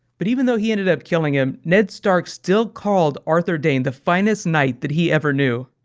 but even though he ended up killing him, ned stark still called arthur dayne the finest knight that he ever knew.